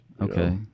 okay